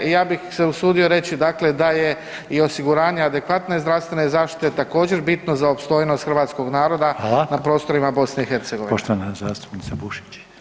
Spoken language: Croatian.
I ja bih se usudio reći dakle da je i osiguranje adekvatne zdravstvene zaštite također bitno za opstojnost hrvatskog naroda [[Upadica: Hvala.]] na prostorima BiH.